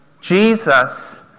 Jesus